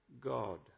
God